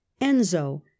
Enzo